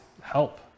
help